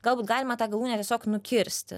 galbūt galima tą galūnę tiesiog nukirsti